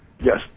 Yes